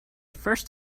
first